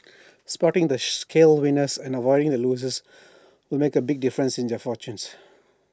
spotting the shale winners and avoiding the losers will make A big difference in their fortunes